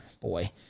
boy